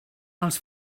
els